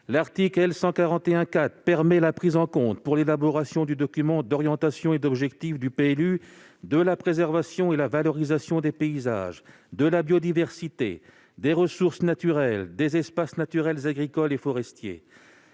L'article L. 141-4 permet la prise en compte, dans l'élaboration du document d'orientation et d'objectifs du PLU, de la préservation et de la valorisation des paysages, de la biodiversité, des ressources naturelles, des espaces naturels, agricoles et forestiers.